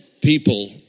people